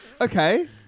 Okay